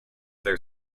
their